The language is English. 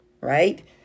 right